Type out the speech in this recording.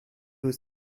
was